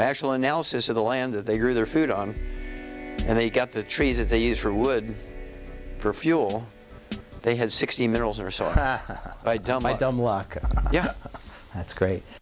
actual analysis of the land that they grew their food on and they got the trees if they use for wood for fuel they had sixty middles or so i don't my dumb luck yeah that's great